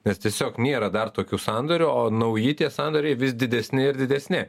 nes tiesiog nėra dar tokių sandorių o nauji tie sandoriai vis didesni ir didesni